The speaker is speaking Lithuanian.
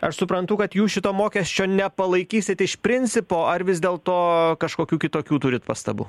aš suprantu kad jūs šito mokesčio nepalaikysit iš principo ar vis dėlto kažkokių kitokių turit pastabų